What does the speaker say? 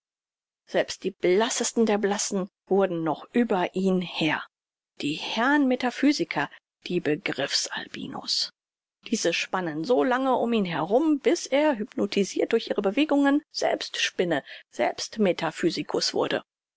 selbst die blassesten der blassen wurden noch über ihn herr die herrn metaphysiker die begriffs albinos diese spannen so lange um ihn herum bis er hypnotisirt durch ihre bewegungen selbst spinne selbst metaphysicus wurde